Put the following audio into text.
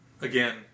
again